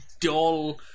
dull